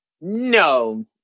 no